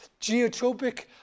geotropic